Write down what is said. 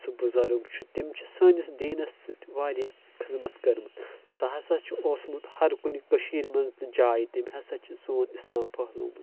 سُہ بُزرٕگ چھُ تِم چھِ سٲنس دیٖنس سۭتۍ واریاہ خٔدمت کٔرمٕژ سُہ ہسا چھُ اوسمُت ہر کُنہِ کٔشیٖرِ منٛز تہِ جایہِ تٔمۍ ہسا چھ سون اسلام پھہلومُت